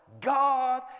God